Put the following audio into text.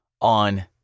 on